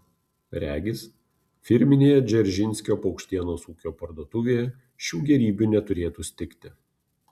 regis firminėje dzeržinskio paukštienos ūkio parduotuvėje šių gėrybių neturėtų stigti